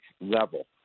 level